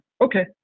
Okay